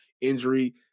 injury